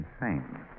insane